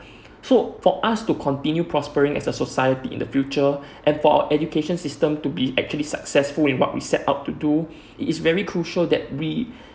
so for us to continue prospering as a society in the future and for our education system to be actually successful in what we set up to do it is very crucial that we